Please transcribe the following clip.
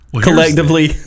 collectively